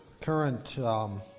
current